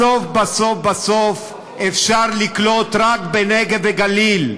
בסוף בסוף בסוף אפשר לקלוט רק בנגב ובגליל.